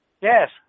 Yes